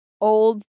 old